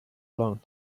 long